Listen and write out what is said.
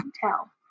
tell